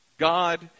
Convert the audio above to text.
God